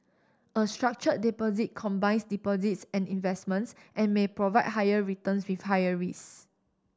a structured deposit combines deposits and investments and may provide higher returns with higher risks